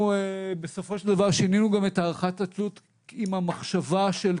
בסופו של דבר שינינו גם את הערכת התלות עם המחשבה של,